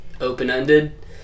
open-ended